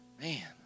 man